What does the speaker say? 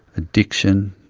addiction,